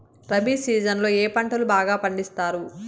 rabi season లో ఏ పంటలు బాగా పండిస్తారు